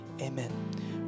amen